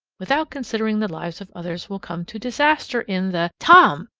without considering the lives of others, will come to disaster in the tom!